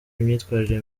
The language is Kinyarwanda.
imyitwarire